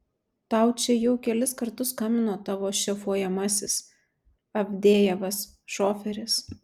tau čia jau kelis kartus skambino tavo šefuojamasis avdejevas šoferis